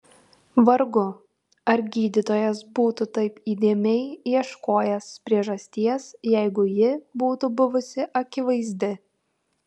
vargu ar gydytojas būtų taip įdėmiai ieškojęs priežasties jeigu ji būtų buvusi akivaizdi